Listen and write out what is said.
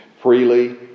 freely